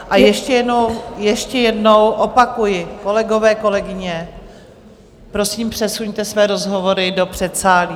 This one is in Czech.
A ještě jednou, ještě jednou opakuji, kolegové, kolegyně, prosím, přesuňte své rozhovory do předsálí.